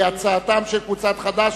הצעתה של קבוצת חד"ש.